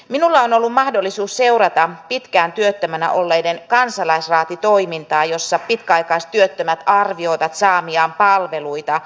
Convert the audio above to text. minulla on ollut mahdollisuus seurata pitkään työttömänä olleiden kansalaisraatitoimintaa jossa pitkäaikaistyöttömät arvioivat saamiaan palveluita